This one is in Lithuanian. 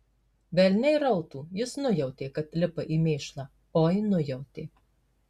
velniai rautų jis nujautė kad lipa į mėšlą oi nujautė